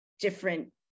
different